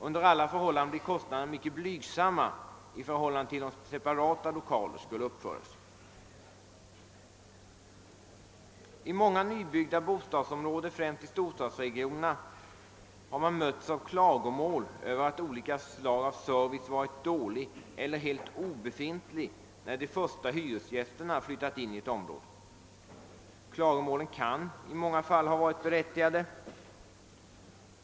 Under alla förhållanden blir ju kostnaderna mycket blygsamma i relation till om separata lokaler skulle uppföras. I många nybyggda bostadsområden, främst i storstadsregionerna, har man mötts av klagomål över att olika slag av service varit dålig eller helt obefintlig när de första hyresgästerna flyttat in i ett område. Dessa klagomål kan i många fall ha varit berättigade.